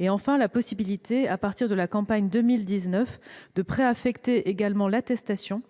Enfin, nous prévoyons la possibilité, à compter de la campagne de 2019, de préaffecter également l'attestation,